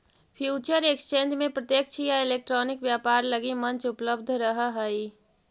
future exchange में प्रत्यक्ष या इलेक्ट्रॉनिक व्यापार लगी मंच उपलब्ध रहऽ हइ